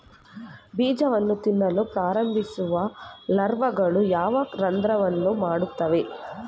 ಬೀಜವನ್ನು ತಿನ್ನಲು ಪ್ರಾರಂಭಿಸುವ ಲಾರ್ವಾಗಳು ಯಾವ ರಂಧ್ರವನ್ನು ಮಾಡುತ್ತವೆ?